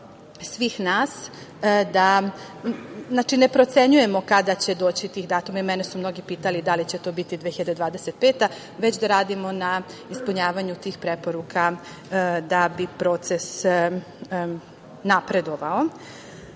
svih nas da ne procenjujemo kada će doći ti datumi. Mene su mnogi pitali da li će to biti 2025. godina, već da radimo na ispunjavanju tih preporuka da bi proces napredovao. Da